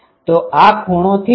તો આ ખૂણો થીટાθ છે